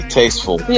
tasteful